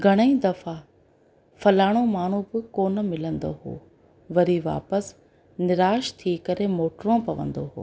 घणेई दफ़ा फलाणो माण्हू बि कोन मिलंदो हुओ वरी वापसि निराश थी करे मोटिणो पवंदो हुओ